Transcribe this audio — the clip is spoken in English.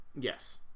Yes